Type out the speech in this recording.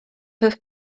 have